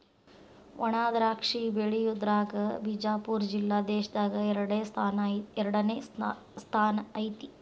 ವಣಾದ್ರಾಕ್ಷಿ ಬೆಳಿಯುದ್ರಾಗ ಬಿಜಾಪುರ ಜಿಲ್ಲೆ ದೇಶದಾಗ ಎರಡನೇ ಸ್ಥಾನ ಐತಿ